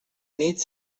nit